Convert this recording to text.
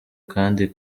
kandi